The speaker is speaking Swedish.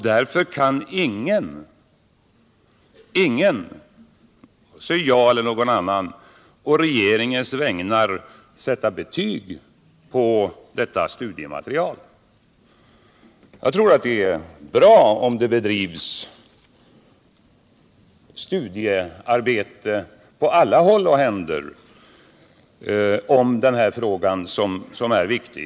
Därför kan ingen — vare sig jag eller någon annan — å regeringens vägnar sätta betyg på detta studiematerial. Jag tror att det är bra om det på alla håll och händer bedrivs studiearbete i denna fråga, som är viktig.